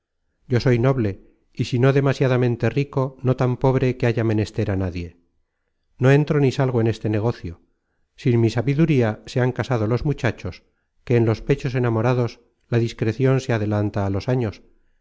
yo soy noble y si no demasiadamente rico no tan pobre que haya menester á nadie no entro ni salgo en este negocio sin mi sabiduría se han casado los muchachos que en los pechos enamorados la discrecion se adelanta á los años